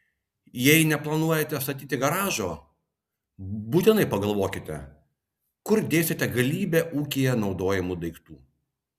jei neplanuojate statyti garažo būtinai pagalvokite kur dėsite galybę ūkyje naudojamų daiktų